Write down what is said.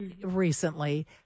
recently